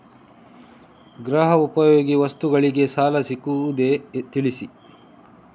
ಗೃಹ ಉಪಯೋಗಿ ವಸ್ತುಗಳಿಗೆ ಸಾಲ ಸಿಗುವುದೇ ತಿಳಿಸಿ?